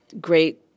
great